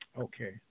Okay